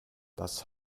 das